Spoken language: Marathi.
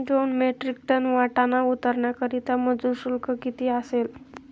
दोन मेट्रिक टन वाटाणा उतरवण्याकरता मजूर शुल्क किती असेल?